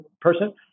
person